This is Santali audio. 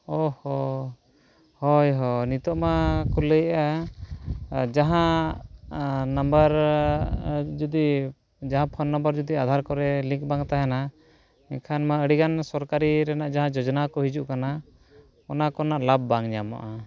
ᱚᱼᱦᱚ ᱦᱳᱭ ᱦᱳᱭ ᱱᱤᱛᱚᱜ ᱢᱟ ᱠᱚ ᱞᱟᱹᱭᱮᱫᱼᱟ ᱡᱟᱦᱟᱸ ᱡᱩᱫᱤ ᱡᱟᱦᱟᱸ ᱡᱩᱫᱤ ᱠᱚᱨᱮ ᱵᱟᱝ ᱛᱟᱦᱮᱱᱟ ᱮᱱᱠᱷᱟᱱ ᱢᱟ ᱟᱹᱰᱤᱜᱟᱱ ᱥᱚᱨᱠᱟᱨᱤ ᱨᱮᱱᱟᱜ ᱡᱟᱦᱟᱸ ᱡᱳᱡᱚᱱᱟ ᱠᱚ ᱦᱤᱡᱩᱜ ᱠᱟᱱᱟ ᱚᱱᱟ ᱠᱚᱨᱮᱱᱟᱜ ᱞᱟᱵᱷ ᱵᱟᱝ ᱧᱟᱢᱚᱜᱼᱟ